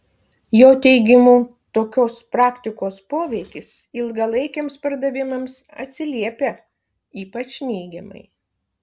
jo teigimu tokios praktikos poveikis ilgalaikiams pardavimams atsiliepia ypač neigiamai